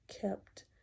kept